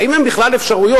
האם הן בכלל אפשריות.